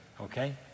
Okay